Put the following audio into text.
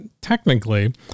technically